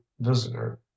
visitor